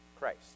Christ